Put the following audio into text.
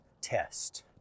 test